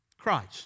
CHRIST